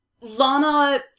Lana